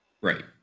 Right